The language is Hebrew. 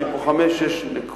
יש לי פה חמש או שש נקודות.